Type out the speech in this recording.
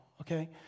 okay